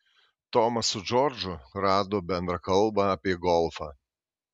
tomas su džordžu rado bendrą kalbą apie golfą